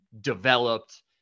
developed